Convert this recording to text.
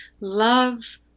love